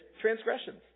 transgressions